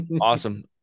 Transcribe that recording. awesome